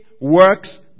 works